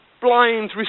blind